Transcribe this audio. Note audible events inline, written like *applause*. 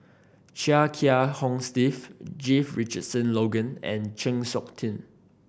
Chia Kiah Hong Steve *unintelligible* Richardson Logan and Chng Seok Tin